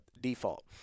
default